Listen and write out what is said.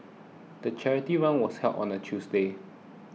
the charity run was held on a Tuesday